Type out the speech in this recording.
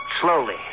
slowly